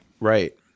Right